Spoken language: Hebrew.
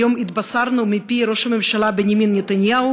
היום התבשרנו מפי ראש הממשלה בנימין נתניהו